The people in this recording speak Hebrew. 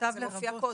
זה מופיע קודם.